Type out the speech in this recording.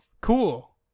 cool